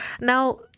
Now